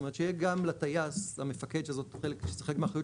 כלומר שיהיה גם לטייס המפקד שזה חלק מהאחריות